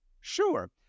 Sure